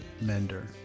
Mender